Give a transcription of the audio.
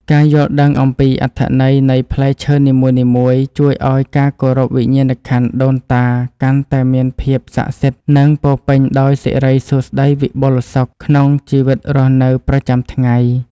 ការយល់ដឹងអំពីអត្ថន័យនៃផ្លែឈើនីមួយៗជួយឱ្យការគោរពវិញ្ញាណក្ខន្ធដូនតាកាន់តែមានភាពស័ក្តិសិទ្ធិ និង ពោរពេញដោយសិរីសួស្តីវិបុលសុខក្នុងជីវិតរស់នៅប្រចាំថ្ងៃ។